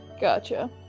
Gotcha